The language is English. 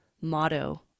motto